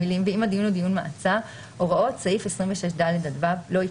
המילים "ואם הדיון הוא דיון מעצר - הוראות סעיף 26(ד) עד(ו) - לא יקראו.